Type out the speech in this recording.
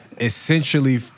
Essentially